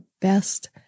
best